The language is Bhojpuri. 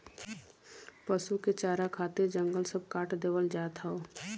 पसु के चारा खातिर जंगल सब काट देवल जात हौ